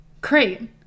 Great